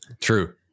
True